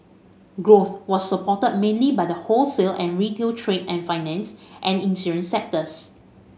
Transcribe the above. growth was supported mainly by the wholesale and retail trade and finance and insurance sectors